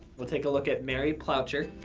you'll take a look at mary ploucher.